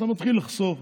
אתה מתחיל לחסוך,